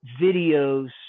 videos